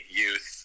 youth